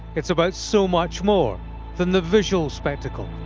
it's about so much more than the visual spectacle.